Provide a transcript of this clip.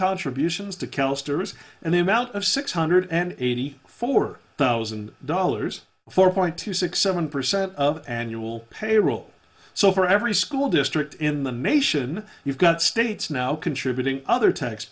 contributions to cal stirrers and the amount of six hundred and eighty four thousand dollars four point two six seven percent of annual payroll so for every school district in the nation you've got states now contributing other tax